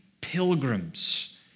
pilgrims